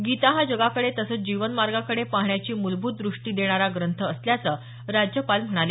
गीता हा जगाकडे तसंच जीवन मार्गाकडे पाहण्याची मूलभूत दृष्टी देणारा ग्रंथ असल्याचं राज्यपाल म्हणाले